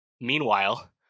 Meanwhile